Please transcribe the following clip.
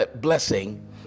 blessing